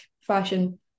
fashion